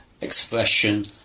expression